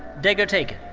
degertekin.